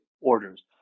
orders